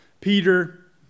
Peter